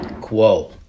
quo